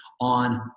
on